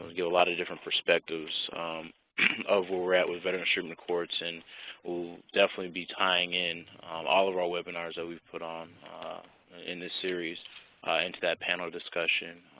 give a lot of different perspectives of where we're at with veterans treatment courts. and we'll definitely be tying in all of our webinars that we've put on in this series into that panel discussion,